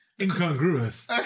incongruous